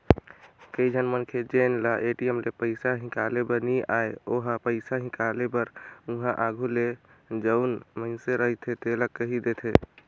कइझन मनखे जेन ल ए.टी.एम ले पइसा हिंकाले बर नी आय ओ ह पइसा हिंकाले बर उहां आघु ले जउन मइनसे रहथे तेला कहि देथे